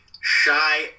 Shy